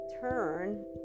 turn